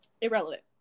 Irrelevant